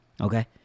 Okay